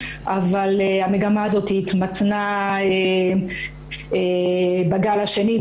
אבל המגמה הזאת התמתנה בגל השני,